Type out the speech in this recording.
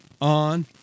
on